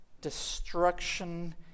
destruction